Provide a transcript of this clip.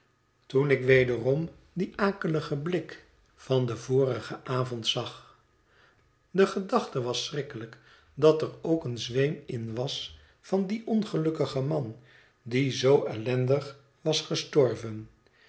toen ik wederom dien akeligen blik van den vorigen avond zag de gedachte was schrikkelijk dat er ook een zweem in was van dien ongelukkigen man die zoo ellendig was gestorven